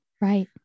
right